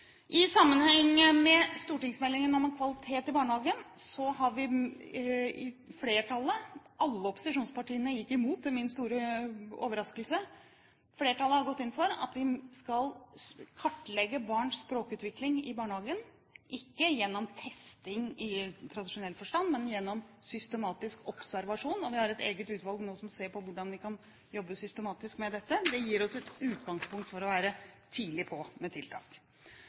I sammenheng med stortingsmeldingen om kvalitet i barnehagen har flertallet – alle opposisjonspartiene gikk imot, til min store overraskelse – gått inn for at vi skal kartlegge barns språkutvikling i barnehagen, ikke gjennom testing i tradisjonell forstand, men gjennom systematisk observasjon. Vi har et eget utvalg nå som ser på hvordan vi kan jobbe systematisk med dette. Det gir oss et utgangspunkt for å være tidlig på med tiltak.